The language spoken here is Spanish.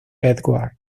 edward